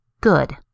Good